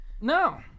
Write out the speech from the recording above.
No